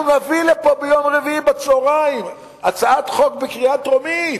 אנחנו נביא לפה ביום רביעי בצהריים הצעת חוק לקריאה טרומית,